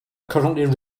currently